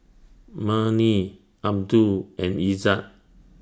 Murni Abdul and Izzat